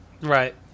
Right